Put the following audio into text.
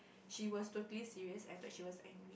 she was totally serious I thought she was angry